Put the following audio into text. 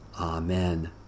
Amen